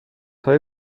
های